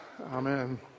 Amen